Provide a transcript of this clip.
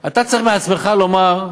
אתה צריך בעצמך לומר: